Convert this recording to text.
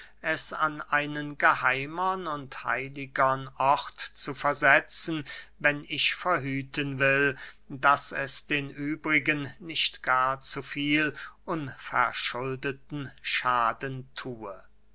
es an einen geheimem und heiligern ort zu versetzen wenn ich verhüten will daß es den übrigen nicht gar zu viel unverschuldeten schaden thue